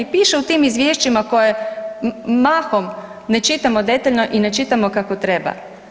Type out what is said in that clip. Piše u tim izvješćima koje mahom ne čitamo detaljno i ne čitamo kako treba.